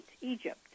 Egypt